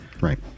Right